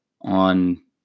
on